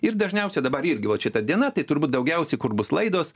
ir dažniausia dabar irgi vat šita diena tai turbūt daugiausiai kur bus laidos